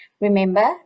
Remember